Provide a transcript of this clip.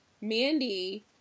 Mandy